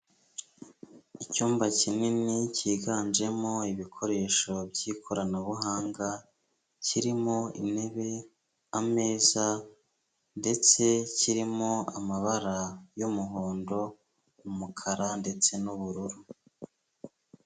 Icyumba kinini cyiganjemo ibikoresho by'ikoranabuhanga, kirimo intebe, ameza ndetse kirimo amabara y'umuhondo, umukara ndetse n'ubururu.